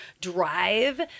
drive